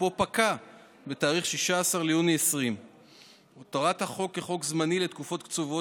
תוקפו פקע בתאריך 16 ביוני 2020. הותרת החוק כחוק זמני לתקופות קצובות